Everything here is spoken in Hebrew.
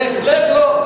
בהחלט לא.